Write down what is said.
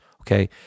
okay